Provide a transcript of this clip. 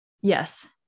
yes